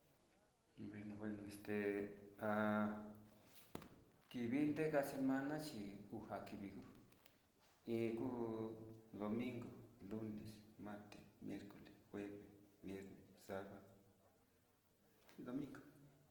Bueno bueno este ha kivi nreka semana chi oxa kivi kuu iin kuu domingo, lunes, martes, miercoles, jueves, viernes, sabado y domingo.